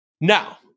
Now